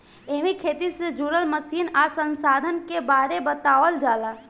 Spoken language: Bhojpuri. एमे खेती से जुड़ल मशीन आ संसाधन के बारे बतावल जाला